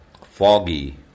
foggy